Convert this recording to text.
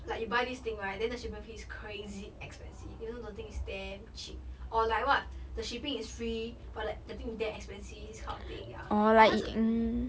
like you buy this thing right then the shipping fee is crazy expensive you know the thing is damn cheap or like what the shipping is free but the thing is damn expensive this kind of thing ya but 他是